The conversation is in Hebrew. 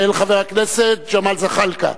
של חבר הכנסת ג'מאל זחאלקה,